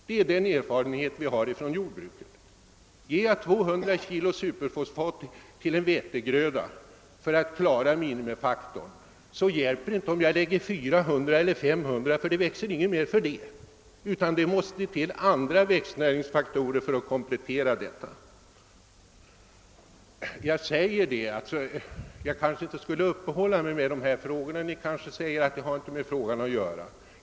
Det är den erfarenhet vi har från jordbruket. Om man tillfört 200 kg superfosfat per ha till vetegröda, så är det inte säkert att det växer bättre när man ökar tillförseln upp till 400 eller 500 kg per ha. Andra växtnäringsfaktorer måste till såsom komplement. Jag kanske inte skulle uppehålla mig vid detta; ni anser måhända att det inte har med frågan att göra.